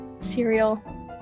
Cereal